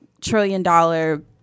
trillion-dollar